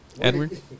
Edward